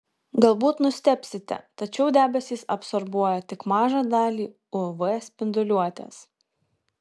galbūt nustebsite tačiau debesys absorbuoja tik mažą dalį uv spinduliuotės